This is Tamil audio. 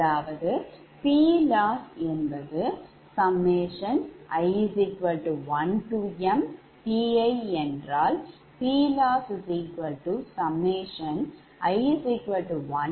அதாவதுPLossi1mPiஎன்றால் PLossi1mPidP1dɗkdP2dɗk